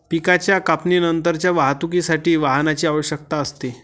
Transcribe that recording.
पिकाच्या कापणीनंतरच्या वाहतुकीसाठी वाहनाची आवश्यकता असते